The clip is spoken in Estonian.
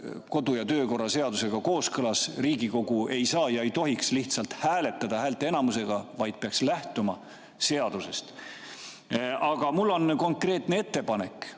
kodu‑ ja töökorra seadusega kooskõlas, Riigikogu ei saa ja ei tohiks lihtsalt hääletada häälteenamusega, vaid peaks lähtuma seadusest. Aga mul on konkreetne ettepanek.